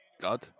God